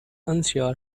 unsure